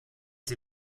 sie